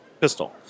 pistol